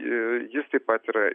ir jis taip pat yra